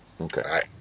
okay